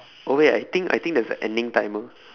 oh wait I think I think there's an ending timer